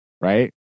right